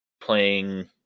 playing